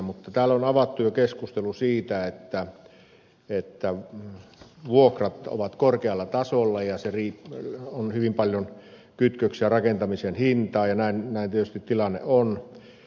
mutta täällä on avattu jo keskustelu siitä että vuokrat ovat korkealla tasolla ja sillä on hyvin paljon kytköksiä rakentamisen hintaan ja näin tietysti tilanne on